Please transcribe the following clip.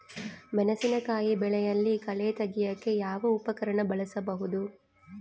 ಮೆಣಸಿನಕಾಯಿ ಬೆಳೆಯಲ್ಲಿ ಕಳೆ ತೆಗಿಯಾಕ ಯಾವ ಉಪಕರಣ ಬಳಸಬಹುದು?